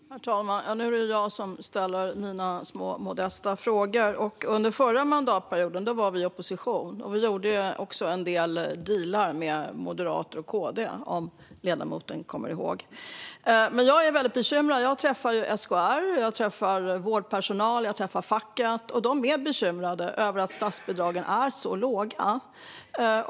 Herr talman! Nu är det jag som ställer mina små modesta frågor. Under förra mandatperioden var Vänsterpartiet i opposition, och då gjorde vi också en del dealar med M och KD, om ledamoten kommer ihåg. Jag är väldigt bekymrad. Jag har träffat SKR, vårdpersonal och fack, och de är bekymrade över att statsbidragen är så låga.